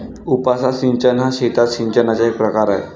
उपसा सिंचन हा शेतात सिंचनाचा एक प्रकार आहे